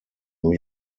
new